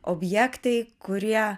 objektai kurie